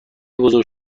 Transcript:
بزرگ